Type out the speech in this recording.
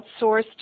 outsourced